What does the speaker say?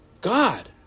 God